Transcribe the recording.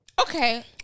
Okay